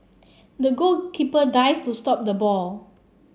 the goalkeeper dived to stop the ball